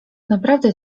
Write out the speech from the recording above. naprawdę